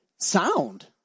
sound